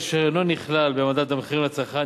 אשר לא נכלל במדד המחירים לצרכן,